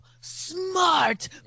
smart